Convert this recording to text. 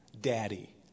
Daddy